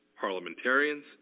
parliamentarians